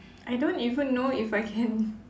I don't even know if I can